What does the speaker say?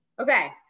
Okay